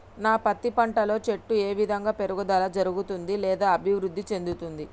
నా పత్తి పంట లో చెట్టు ఏ విధంగా పెరుగుదల జరుగుతుంది లేదా అభివృద్ధి చెందుతుంది?